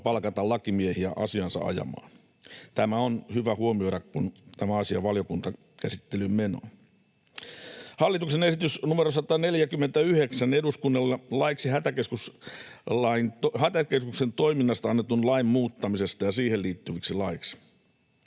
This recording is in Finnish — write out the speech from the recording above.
palkata lakimiehiä asiaansa ajamaan. Tämä on hyvä huomioida, kun tämä asia valiokuntakäsittelyyn menee. Hallituksen esitys numero 149 eduskunnalle laiksi hätäkeskustoiminnasta annetun lain muuttamisesta ja siihen liittyviksi laeiksi: